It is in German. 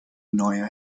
neue